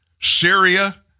Syria